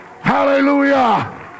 Hallelujah